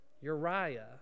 Uriah